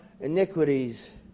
iniquities